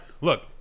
look